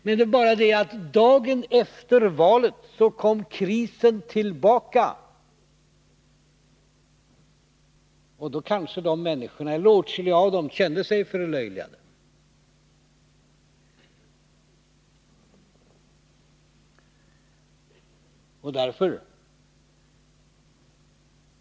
Men dagen efter valet kom krisen tillbaka. Då kanske åtskilliga av de människorna kände sig förlöjligade.